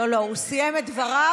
תני לו להשלים.